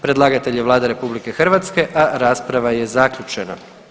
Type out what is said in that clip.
Predlagatelj je Vlada RH, a rasprava je zaključena.